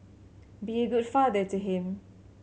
be a good father to him